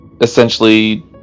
essentially